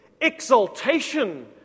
exaltation